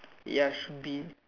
ya should be